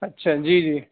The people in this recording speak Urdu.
اچھا جی جی